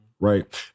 Right